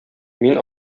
мин